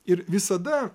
ir visada